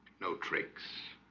no tricks